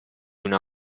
una